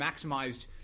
maximized